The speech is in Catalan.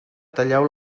talleu